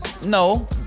No